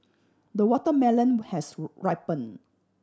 the watermelon has ripened